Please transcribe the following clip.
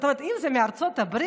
זאת אומרת שאם זה מארצות הברית